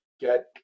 get